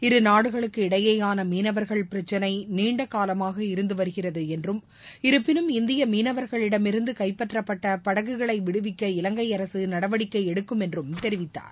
இருநாடுகளுக்கு இடையேயான மீனவர்கள் பிரச்சினை நீண்டகாலமாக இருந்து வருகிறது என்றும் இருப்பினும் இந்திய மீனவர்களிடமிருந்து கைப்பற்றப்பட்ட படகுகளை விடுவிக்க இலங்கை அரசு நடவடிக்கை எடுக்கும் என்று தெரிவித்தார்